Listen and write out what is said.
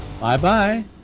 Bye-bye